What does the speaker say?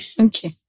Okay